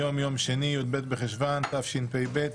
היום יום שני, י"ב בחשוון תשפ"ב,